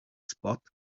spot